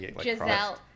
Giselle